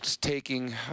taking